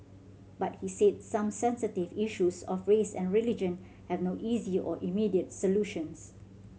but he said some sensitive issues of race and religion have no easy or immediate solutions